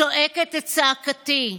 צועקת את צעקתי,